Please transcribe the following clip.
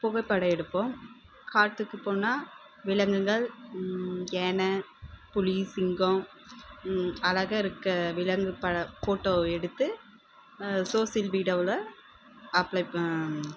புகைப்படம் எடுப்போம் காட்டுக்கு போனால் விலங்குங்கள் யானை புலி சிங்கம் அழகாக இருக்க விலங்கு பட ஃபோட்டோ எடுத்து சோசியல் மீடியாவில் அப்லை ப